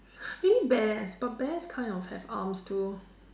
maybe bears but bears kind of have arms too